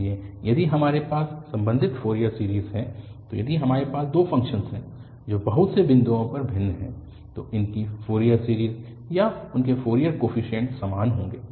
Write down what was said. इसलिए यदि हमारे पास संबंधित फ़ोरियर सीरीज़ है तो यदि हमारे पास दो फ़ंक्शन हैं जो बहुत से बिंदुओं पर भिन्न हैं तो उनकी फ़ोरियर सीरीज़ या उनके फ़ोरियर कोफीशिएंट समान होंगे